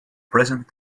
present